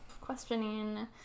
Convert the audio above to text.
Questioning